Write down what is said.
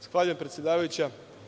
Zahvaljujem, predsedavajuća.